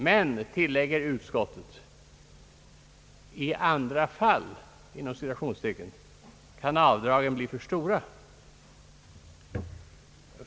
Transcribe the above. Men, tillägger utskottet, »i andra fall» kan avdragen bli för stora.